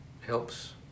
helps